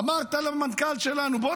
אמרת למנכ"ל שלנו: בואו,